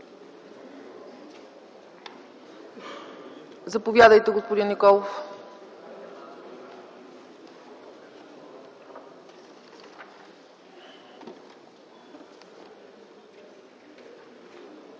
Заповядайте, господин Николов.